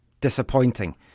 Disappointing